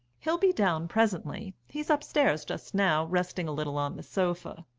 he'll be down presently he's upstairs just now, resting a little on the sofa.